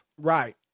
Right